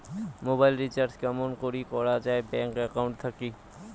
Mobile recharge কেমন করি করা যায় ব্যাংক একাউন্ট থাকি?